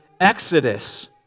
exodus